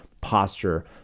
posture